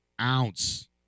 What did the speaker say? ounce